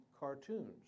cartoons